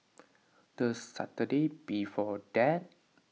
the Saturday before that